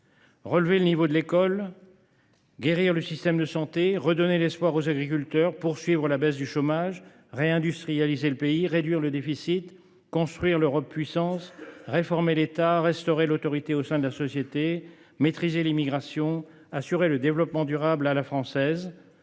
relever le niveau de l’école, guérir le système de santé, redonner de l’espoir aux agriculteurs, poursuivre la baisse du chômage, réindustrialiser le pays, réduire le déficit, construire l’Europe puissance, réformer l’État, restaurer l’autorité au sein de la société, maîtriser l’immigration, assurer le développement durable à la française.